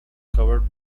covered